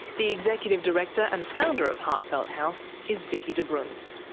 the executive director and founder of heartfelt house is vicki dobrunz.